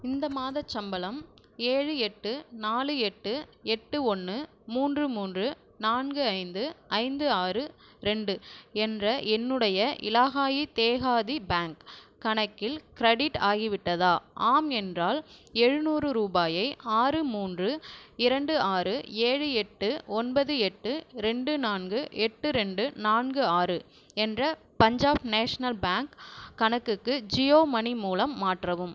இந்த மாதச் சம்பளம் ஏழு எட்டு நாலு எட்டு எட்டு ஒன்று மூன்று மூன்று நான்கு ஐந்து ஐந்து ஆறு ரெண்டு என்ற என்னுடைய இலாகாயி தேஹாதி பேங்க் கணக்கில் க்ரெடிட் ஆகிவிட்டதா ஆம் என்றால் எழுநூறு ரூபாயை ஆறு மூன்று இரண்டு ஆறு ஏழு எட்டு ஒன்பது எட்டு ரெண்டு நான்கு எட்டு ரெண்டு நான்கு ஆறு என்ற பஞ்சாப் நேஷ்னல் பேங்க் கணக்குக்கு ஜியோ மனி மூலம் மாற்றவும்